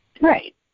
Right